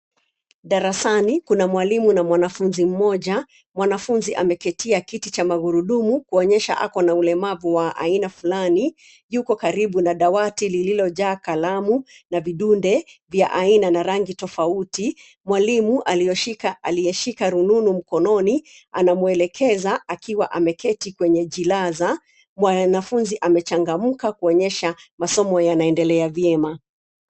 Darasani kuna mwalimu na mwanafunzi mmoja. Mwanafunzi ameketia kiti cha magurudumu kuonyesha ako na ulemavu wa aina fulani. Yuko karibu na dawati lililo jaa kalamu na vidunde vya aina na rangi tofauti. Mwalimu aliyeshika rununu mkononi anamwelekeza akiwa ameketi kwenye chilaza mwanafunzi amechangamka kuonyesha masomo yanaendelea vyema.